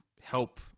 help